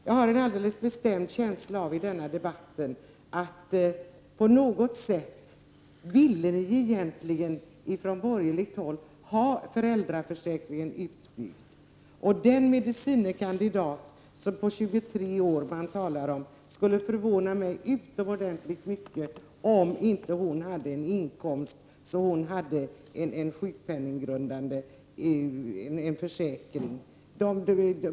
Jag har i denna debatt en bestämd känsla av att ni från borgerligt håll egentligen vill ha föräldraförsäkringen utbyggd. Det skulle förvåna mig utomordentligt mycket om den medicine kandidat på 23 år som nämndes tidigare inte hade en inkomst som berättigade till en sjukpenninggrundande försäkring.